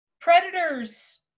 predators